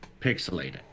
pixelated